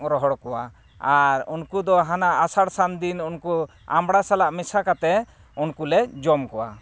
ᱨᱚᱦᱚᱲ ᱠᱚᱣᱟ ᱟᱨ ᱩᱱᱠᱩ ᱫᱚ ᱦᱟᱱᱟ ᱟᱥᱟᱲ ᱥᱟᱱ ᱫᱤᱱ ᱩᱱᱠᱩ ᱟᱢᱲᱟ ᱥᱟᱞᱟᱜ ᱢᱮᱥᱟ ᱠᱟᱛᱮᱫ ᱩᱱᱠᱩ ᱞᱮ ᱡᱚᱢ ᱠᱚᱣᱟ